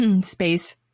space